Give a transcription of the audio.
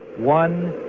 one,